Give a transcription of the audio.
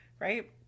right